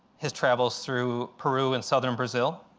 his travels through peru and southern brazil.